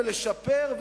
ולשפר,